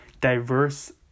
diverse